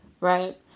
right